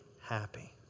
happy